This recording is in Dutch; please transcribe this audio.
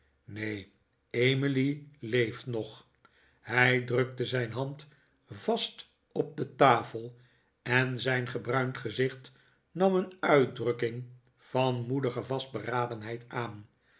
neen emily leeft nog hij drukte zijn hand vast op de tafel en zijn gebruind gezicht nam een uitdrukking van moedige vastberadenheid aan